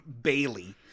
Bailey